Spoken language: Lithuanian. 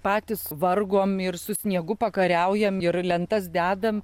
patys vargom ir su sniegu pakariaujam ir lentas dedam